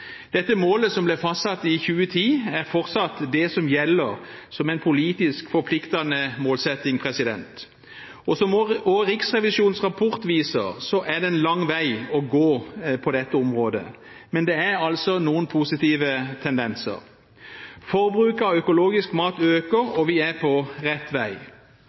Dette målet, som ble fastsatt i 2010, er fortsatt det som gjelder som en politisk forpliktende målsetting. Som også Riksrevisjonens rapport viser, er det en lang vei å gå på dette området, men det er altså noen positive tendenser. Forbruket av økologisk mat øker, og vi er på rett vei.